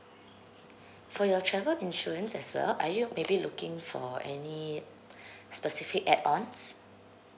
for your travel insurance as well are you maybe looking for any specific add ons